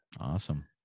awesome